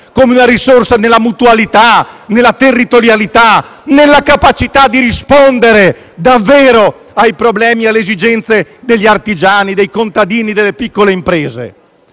come una risorsa della mutualità, nella territorialità, nella capacità di rispondere davvero ai problemi e alle esigenze degli artigiani, dei contadini e delle piccole imprese.